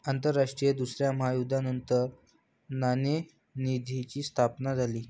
आंतरराष्ट्रीय दुसऱ्या महायुद्धानंतर नाणेनिधीची स्थापना झाली